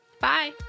Bye